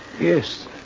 Yes